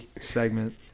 segment